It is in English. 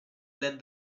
led